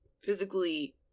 physically